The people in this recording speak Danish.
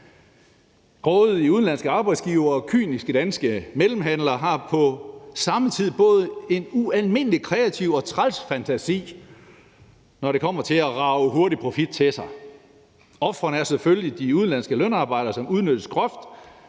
Grådige udenlandske arbejdsgivere og kyniske danske mellemhandlere har på samme tid en både ualmindelig kreativ og træls fantasi, når det kommer til at rage hurtig profit til sig. Ofrene er selvfølgelig de udenlandske lønarbejdere, som udnyttes groft,